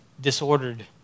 disordered